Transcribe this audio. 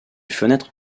fenêtres